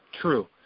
True